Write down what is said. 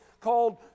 called